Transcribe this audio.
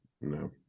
no